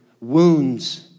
wounds